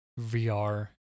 VR